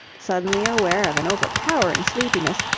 suddenly aware of an overpowering sleepiness,